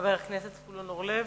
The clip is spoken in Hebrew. חבר הכנסת זבולון אורלב.